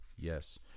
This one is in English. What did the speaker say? yes